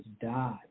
died